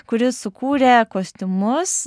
kuri sukūrė kostiumus